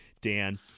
Dan